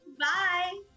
Bye